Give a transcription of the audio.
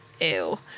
Ew